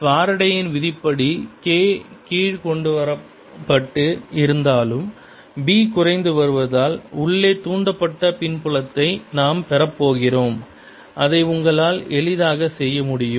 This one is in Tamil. ஃபாரடேயின் விதிப்படி K கீழ் கொண்டுவரப்பட்டு இருந்தாலும் B குறைந்து வருவதால் உள்ளே தூண்டப்பட்ட பின்புலத்தை நாம் பெறப்போகிறோம் அதை உங்களால் எளிதாக செய்ய முடியும்